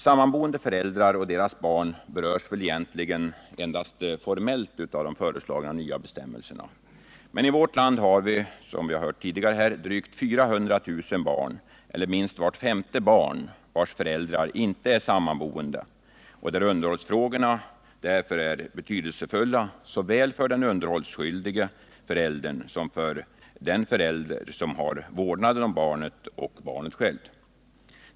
Sammanboende föräldrar och deras barn berörs väl egentligen endast formellt av de föreslagna nya bestämmelserna. Men i vårt land har vi, som vi hört tidigare, drygt 400 000 barn — minst vart femte barn — vilkas föräldrar ej är sammanboende och där underhållsfrågorna därför är betydelsefulla såväl för den underhållsskyldige föräldern som för den som har vårdnaden av barnet och för barnet självt.